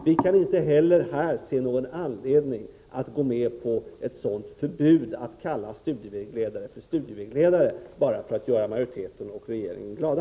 Vi kan inte heller här se någon anledning att gå med på ett förbud mot att kalla studievägledare för studievägledare bara för att göra utskottsmajoriteten och regeringen glada.